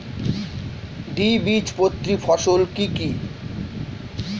দ্বিবীজপত্রী ফসল কি কি?